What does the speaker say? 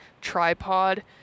tripod